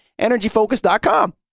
Energyfocus.com